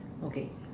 okay